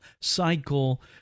cycle